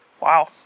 wow